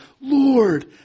Lord